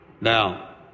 Now